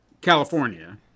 California